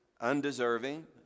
undeserving